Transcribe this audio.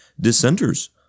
dissenters